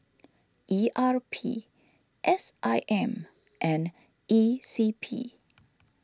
E R P S I M and E C P